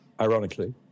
Ironically